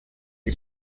que